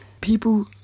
people